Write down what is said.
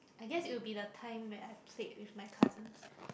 I guess it would be the time where I played with my cousins